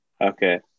okay